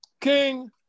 King